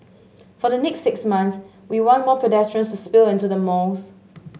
for the next six months we want more pedestrians to spill into the malls